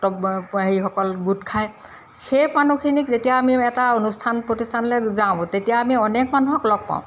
হেৰিসকল গোট খায় সেই মানুহখিনিক যেতিয়া আমি এটা অনুষ্ঠান প্ৰতিষ্ঠানলৈ যাওঁ তেতিয়া আমি অনেক মানুহক লগ পাওঁ